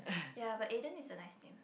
ya but Aden is a nice name